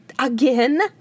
Again